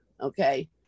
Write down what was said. Okay